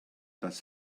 dass